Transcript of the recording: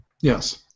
Yes